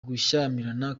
gushyamirana